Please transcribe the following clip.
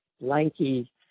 lanky